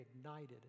ignited